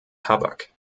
tabak